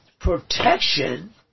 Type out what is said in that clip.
protection